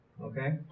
Okay